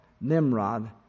Nimrod